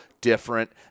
different